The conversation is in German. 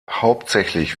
hauptsächlich